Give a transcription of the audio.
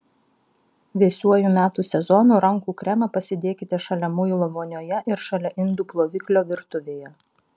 vėsiuoju metų sezonu rankų kremą pasidėkite šalia muilo vonioje ir šalia indų ploviklio virtuvėje